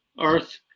Earth